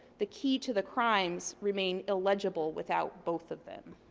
the key to the crimes remain illegible without both of them.